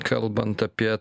kalbant apie